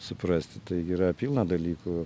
suprasti tai yra pilna dalykų